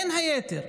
בין היתר,